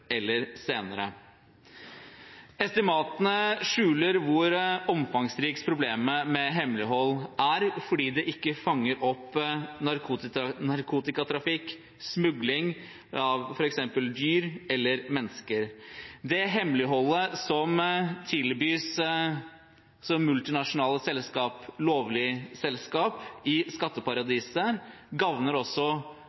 eller senere. Estimatene skjuler hvor omfangsrikt problemet med hemmelighold er, fordi det ikke fanger opp narkotikatrafikk og smugling av f.eks. dyr eller mennesker. Det hemmeligholdet som tilbys lovlige multinasjonale selskaper i skatteparadiser, gagner også